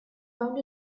found